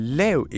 lav